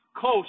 coach